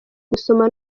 gusoma